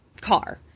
car